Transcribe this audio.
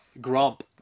Grump